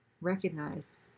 recognize